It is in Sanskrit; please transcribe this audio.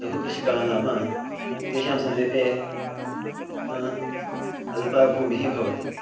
लघुकृषिकाः नाम तेषां समीपे अल्पा भूमिः भवति